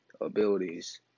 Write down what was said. abilities